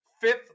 fifth